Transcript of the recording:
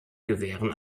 gewehren